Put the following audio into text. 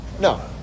No